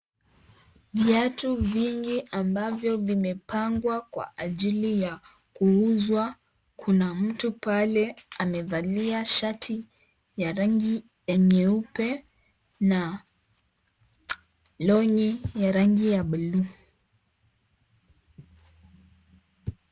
Viatu vingi ambavyo vimepangwa kwa ajili ya kuuzwa, kuna mtu pale amevalia shati ya rangi ya nyeupe na longi ya yangi ya blue .